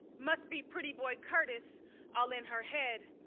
must be pretty boy curtis all in her head,